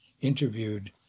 interviewed